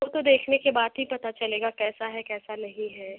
वो तो देखने के बात ही पता चलेगा कैसा है कैसा नहीं है